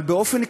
אבל באופן כללי,